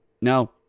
no